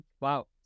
Wow